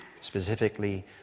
specifically